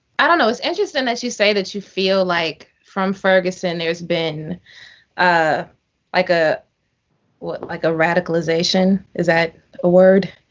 i don't know. it's interesting that you say that you feel like, from ferguson, there's been ah like ah like a radicalization. is that a word?